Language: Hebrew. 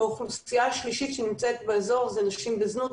האוכלוסייה השלישית שנמצאת באזור זה נשים בזנות,